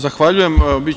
Zahvaljujem.